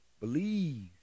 Believe